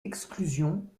exclusion